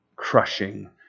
crushing